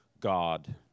God